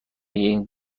این